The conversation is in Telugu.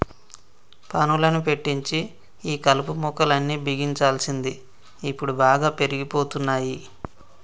పనులను పెట్టించి ఈ కలుపు మొక్కలు అన్ని బిగించాల్సింది ఇప్పుడు బాగా పెరిగిపోతున్నాయి